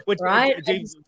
Right